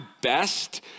best